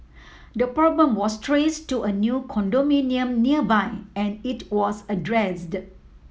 the problem was traced to a new condominium nearby and it was addressed